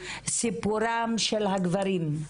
סיפורם של הגברים.